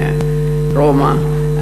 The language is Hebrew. מרומא,